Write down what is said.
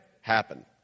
happen